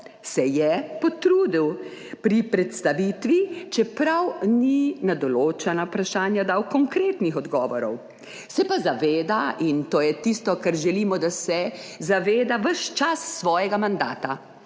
se je potrudil pri predstavitvi, čeprav ni na določena vprašanja dal konkretnih odgovorov, se pa zaveda in to je tisto, kar želimo, da se zaveda ves čas svojega mandata,